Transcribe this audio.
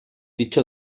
dicho